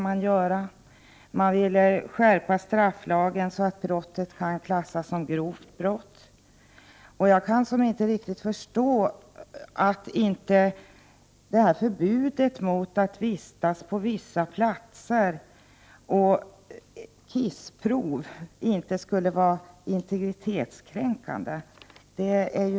Man ville också skärpa strafflagen så att brottet kan klassas som grovt. Jag kan inte riktigt förstå att inte förbudet mot att vistas på vissa platser och ”kissprov” inte skulle vara integritetskränkande.